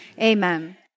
Amen